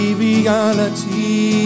reality